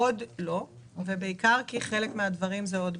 עוד לא, כי חלק מהדברים הם בתכנון.